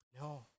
No